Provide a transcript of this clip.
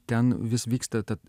ten vis vyksta tad